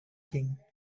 king